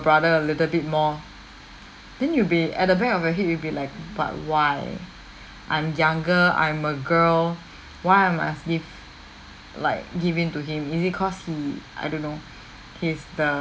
brother a little bit more then you'll be at the back of your head you'll be like but why I'm younger I'm a girl why I must give like give in to him is it cause he I don't know he's the